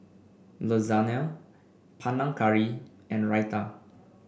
Lasagna Panang Curry and Raita